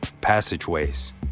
passageways